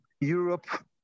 Europe